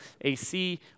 AC